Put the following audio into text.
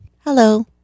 Hello